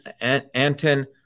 Anton